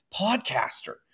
podcaster